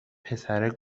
پسره